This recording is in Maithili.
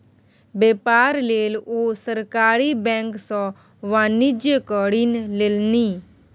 बेपार लेल ओ सरकारी बैंक सँ वाणिज्यिक ऋण लेलनि